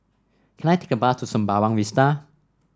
can I take a bus to Sembawang Vista